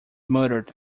murdered